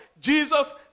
Jesus